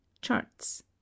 charts